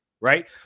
Right